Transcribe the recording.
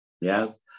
Yes